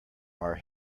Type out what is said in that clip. are